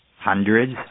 Hundreds